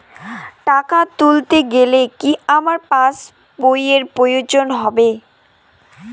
টাকা তুলতে গেলে কি আমার পাশ বইয়ের প্রয়োজন হবে?